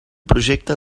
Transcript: projecte